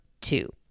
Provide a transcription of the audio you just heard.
two